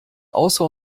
außer